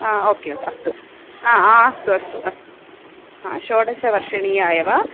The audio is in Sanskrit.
ओ के ओ के अस्तु अस्तु अस्तु अस्तु षोडशवर्षीया एव